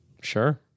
Sure